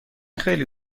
خیلی